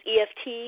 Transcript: EFT